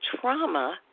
trauma